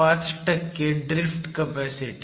5 drift capacity